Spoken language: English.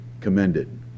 commended